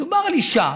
מדובר על אישה